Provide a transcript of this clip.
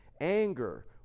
anger